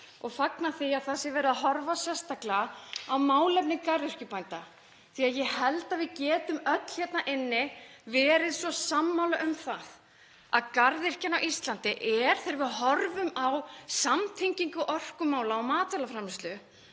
ég fagna því að það sé verið að horfa sérstaklega á málefni garðyrkjubænda því að ég held að við getum öll hérna inni verið sammála um það að garðyrkjan á Íslandi er — þegar við horfum á samtengingu orkumála og matvælaframleiðslu